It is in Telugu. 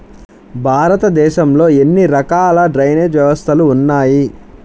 భారతదేశంలో ఎన్ని రకాల డ్రైనేజ్ వ్యవస్థలు ఉన్నాయి?